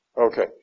Okay